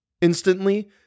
Instantly